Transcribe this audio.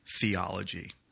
theology